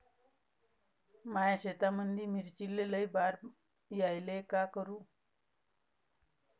माया शेतामंदी मिर्चीले लई बार यायले का करू?